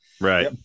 Right